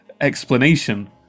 explanation